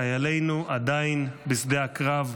חיילינו עדיין בשדה הקרב.